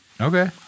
Okay